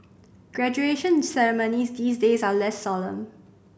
graduation ceremonies these days are less solemn